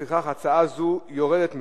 לפיכך, הצעה זו יורדת מסדר-היום.